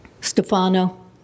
Stefano